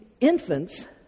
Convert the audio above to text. infants